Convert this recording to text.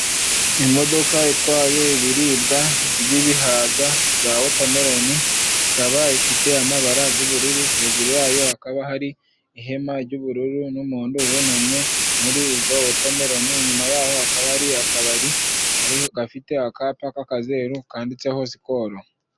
Imodoka itwaye ibiribwa by'ibihaza bya wotameloni. Ikaba ifite amabara y'ubururu ,hejuru yayo hakaba hari ihema ry'ubururu n'umuhondo wunamye muri izo wotameloni. Inyuma yaho hakaba hari akabari gafite akapa k'akazeru kanditseho sikoro.